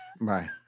Right